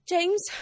James